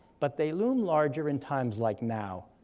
but they loom larger in times like now,